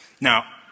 Now